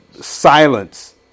silence